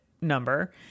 number